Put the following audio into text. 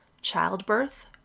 childbirth